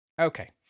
Okay